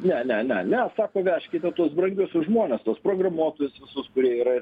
ne ne ne ne sako vežkite tuos brangius žmones tuos programuotojus visus kurie yra